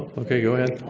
okay, go ahead.